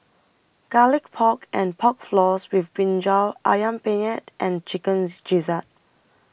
Garlic Pork and Pork Floss with Brinjal Ayam Penyet and Chicken Gizzard